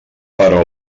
però